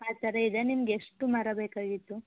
ಆ ಥರ ಇದೆ ನಿಮ್ಗೆ ಎಷ್ಟು ಮರ ಬೇಕಾಗಿತ್ತು